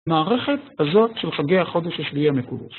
המערכת הזאת של חגי החודש השביעי המקודש.